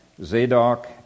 Zadok